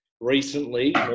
recently